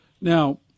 now